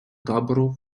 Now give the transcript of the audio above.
табору